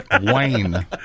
Wayne